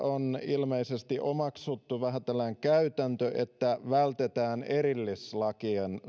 on ilmeisesti omaksuttu vähän tällainen käytäntö että vältetään erillislakien